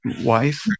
Wife